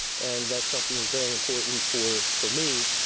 and that's something that's very important for for me.